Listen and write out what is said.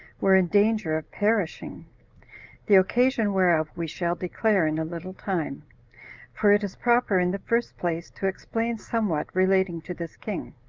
were in danger of perishing the occasion whereof we shall declare in a little time for it is proper, in the first place, to explain somewhat relating to this king,